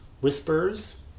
whispers